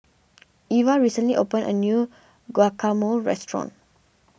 Iva recently opened a new Guacamole restaurant